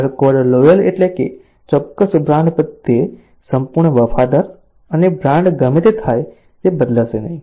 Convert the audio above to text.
hard core loyal એટલે ચોક્કસ brand પ્રત્યે સંપૂર્ણ વફાદાર અને બ્રાન્ડ ગમે તે થાય તે બદલશે નહીં